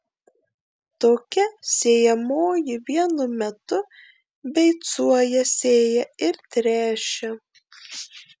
tokia sėjamoji vienu metu beicuoja sėja ir tręšia